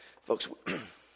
Folks